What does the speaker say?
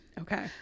Okay